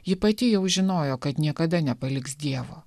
ji pati jau žinojo kad niekada nepaliks dievo